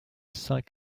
cinq